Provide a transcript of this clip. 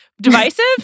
Divisive